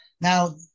Now